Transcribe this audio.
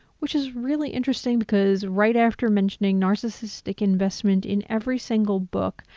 which is really interesting because right after mentioning narcissistic investment in every single book,